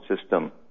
system